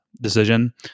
decision